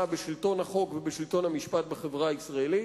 בשלטון החוק ובשלטון המשפט בחברה הישראלית.